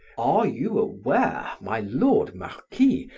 are you aware, my lord marquis,